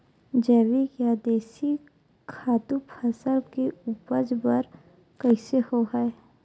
जैविक या देशी खातु फसल के उपज बर कइसे होहय?